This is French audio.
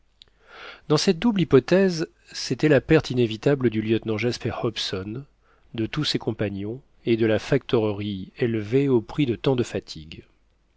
dans cette double hypothèse c'était la perte inévitable du lieutenant jasper hobson de tous ses compagnons et de la factorerie élevée au prix de tant de fatigues